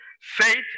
faith